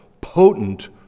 potent